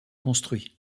construit